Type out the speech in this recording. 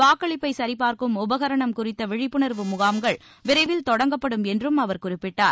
வாக்களிப்பை சரிபார்க்கும் உபகரணம் குறித்த விழிப்புணர்வு முகாம்கள் விரைவில் தொடங்கப்படும் என்றும் அவர் குறிப்பிட்டார்